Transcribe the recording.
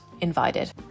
invited